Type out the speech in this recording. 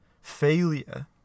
failure